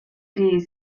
agrees